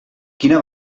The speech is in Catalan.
quina